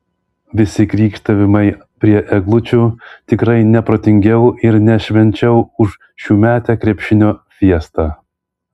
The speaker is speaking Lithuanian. visi krykštavimai prie eglučių tikrai ne protingiau ir ne švenčiau už šiųmetę krepšinio fiestą